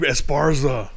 Esparza